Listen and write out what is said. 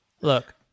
Look